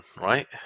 right